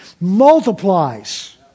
multiplies